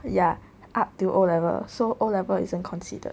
ya up till O level so O level isn't considered